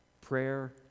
prayer